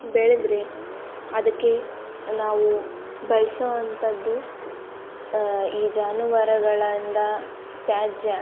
ಬೆಳೆದ್ರೆ ಅದಕ್ಕೆ ನಾವು ಬಳ್ಸುವಂಥದ್ದು ಈ ಜಾನುವಾರುಗಳಂದ ತ್ಯಾಜ್ಯ